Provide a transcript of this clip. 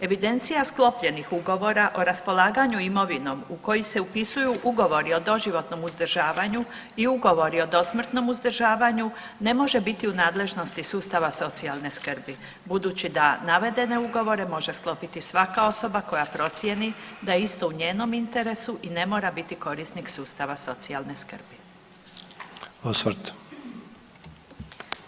Evidencija sklopljenih ugovora o raspolaganju imovinom u koji se upisuju ugovori o doživotnom uzdržavanju i ugovori o dosmrtnom uzdržavanju ne može biti u nadležnosti sustava socijalne skrbi budući da navedene ugovore može sklopiti svaka osoba koja procijeni da je isto u njenom interesu i ne mora biti korisnik sustava socijalne skrbi.